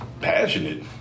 Passionate